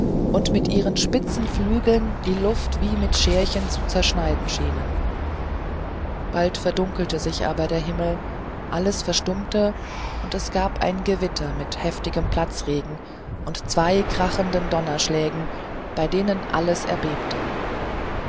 und mit ihren spitzen flügeln die luft wie mit scherchen zu zerschneiden schienen bald verdunkelte sich aber der himmel alles verstummte und es gab ein gewitter mit heftigem platzregen und zwei krachenden donnerschlägen bei denen alles erbebte